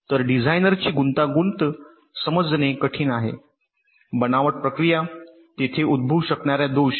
तर डिझाइनरची गुंतागुंत समजणे कठीण आहे बनावट प्रक्रिया तेथे उद्भवू शकणार्या दोष